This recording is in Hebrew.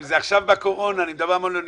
זה עכשיו בקורונה, אני מדבר על מלוניות.